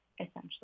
essentially